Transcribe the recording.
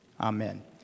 Amen